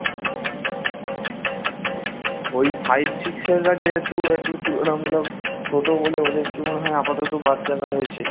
ওই five six সেভেনরা যেহেতু একটু তুলনামূলক ছোটো বলে ওদেরকে মনে হয় আপাতত বাদ দেওয়া হয়েছে